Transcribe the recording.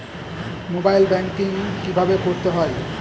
Mobile banking কীভাবে করতে হয়?